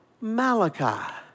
Malachi